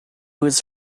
was